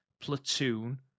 platoon